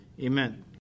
Amen